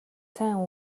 сайн